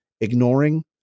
ignoring